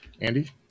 Andy